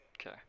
Okay